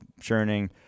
churning